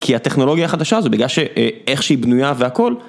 כי הטכנולוגיה החדשה זו בגלל שאיך שהיא בנויה והכל.